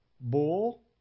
Bull